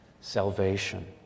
salvation